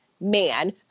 man